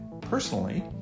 Personally